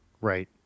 right